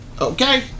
okay